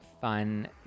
fun